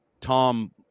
Tom